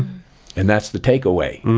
and that's the takeaway,